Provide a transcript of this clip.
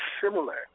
similar